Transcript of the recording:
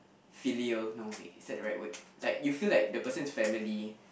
filial no wait is that the right word is like you feel like the person's family